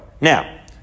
Now